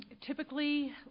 Typically